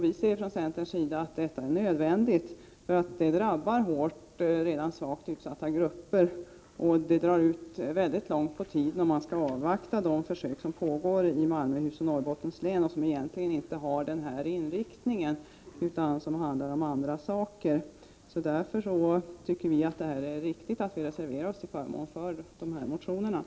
Vi ser i centern detta som nödvändigt, eftersom det är svaga och redan hårt utsatta grupper som drabbas. Det kommer också att dra ut långt på tiden om vi skall avvakta de försök som pågår i Malmöhus och Norrbottens län och som egentligen inte har denna inriktning utan handlar om andra saker. Därför har vi reserverat oss till förmån för motionerna med detta syfte.